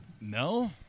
No